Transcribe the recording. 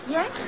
Yes